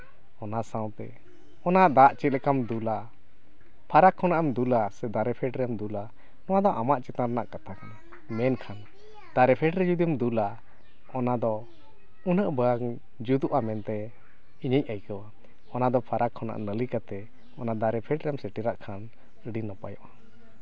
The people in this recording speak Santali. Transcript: ᱚᱱᱟ ᱥᱟᱶᱛᱮ ᱚᱱᱟ ᱫᱟᱜ ᱪᱮᱫ ᱞᱮᱠᱟᱢ ᱫᱩᱞᱟ ᱯᱷᱟᱨᱟᱠ ᱠᱷᱚᱱᱟᱜ ᱮᱢ ᱫᱩᱞᱟ ᱫᱟᱨᱮ ᱯᱷᱮᱰᱨᱮᱢ ᱫᱩᱞᱟ ᱱᱚᱣᱟ ᱫᱚ ᱟᱢᱟᱜ ᱪᱮᱛᱟᱱ ᱨᱮᱱᱟᱜ ᱠᱟᱛᱷᱟ ᱠᱟᱱᱟ ᱢᱮᱱᱠᱷᱟᱱ ᱫᱟᱨᱮ ᱯᱷᱮᱰ ᱨᱮ ᱡᱩᱫᱤᱢ ᱫᱩᱞᱟ ᱚᱱᱟ ᱫᱚ ᱩᱱᱟᱹᱜ ᱵᱟᱝ ᱡᱩᱛᱩᱜᱼᱟ ᱢᱮᱱᱛᱮ ᱤᱧᱤᱧ ᱟᱹᱭᱠᱟᱹᱣᱟ ᱚᱱᱟᱫᱚ ᱯᱷᱟᱨᱟᱠ ᱠᱷᱚᱱᱟᱜ ᱵᱟᱹᱜᱤ ᱠᱟᱛᱮ ᱚᱱᱟ ᱫᱟᱨᱮ ᱯᱷᱮᱰ ᱨᱮᱢ ᱥᱮᱴᱮᱨᱟᱜ ᱠᱷᱟᱱ ᱟᱹᱰᱤ ᱱᱟᱯᱟᱭᱚᱜᱼᱟ